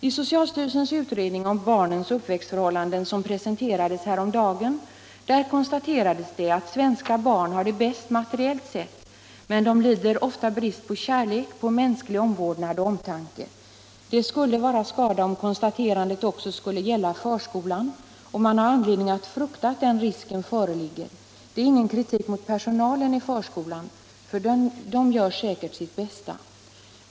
I socialstyrelsens utredning om barnens uppväxtförhållanden, som presenterades häromdagen, konstateras det att svenska barn har det bäst materiellt sett men de lider ofta brist på kärlek, mänsklig omvårdnad och omtanke. Det skulle ju vara skada om konstaterandet också skulle gälla förskolan, och man har anledning att frukta att den risken föreligger. Det är ingen kritik mot personalen i förskolan, för den gör säkert sitt bästa.